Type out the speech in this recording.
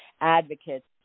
advocates